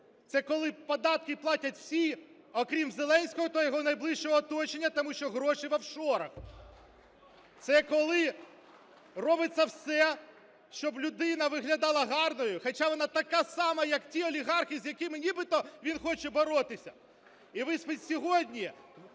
Це коли податки платять всі, окрім Зеленського та його найближчого оточення, тому що гроші в офшорах. Це коли робиться все, щоб людина виглядала гарною, хоча вона така сама, як ті олігархи, з якими нібито він хоче боротися. Ви що не